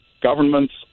governments